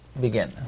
begin